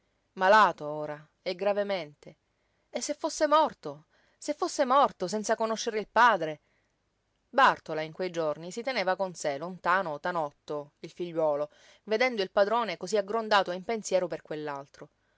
malato ora e gravemente e se fosse morto se fosse morto senza conoscere il padre bàrtola quei giorni si teneva con sé lontano tanotto il figliuolo vedendo il padrone cosí aggrondato e in pensiero per